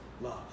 love